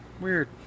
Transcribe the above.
Weird